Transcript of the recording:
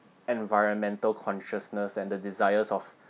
environmental consciousness and the desires of